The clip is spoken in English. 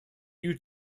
you